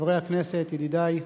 חברי הכנסת ידידי,